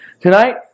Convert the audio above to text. Tonight